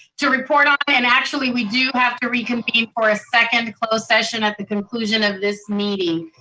to report on, and actually we do have to reconvene for a second closed session at the conclusion of this meeting.